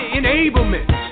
enablement